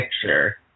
picture